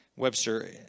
Webster